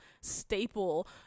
staple